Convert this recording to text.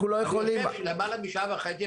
אנחנו הכרזנו על נמל אשדוד כבעל מונופולין והטלנו עליו